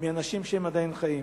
מאנשים שהם עדיין חיים.